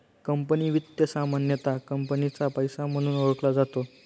company वित्त सामान्यतः कंपनीचा पैसा म्हणून ओळखला जातो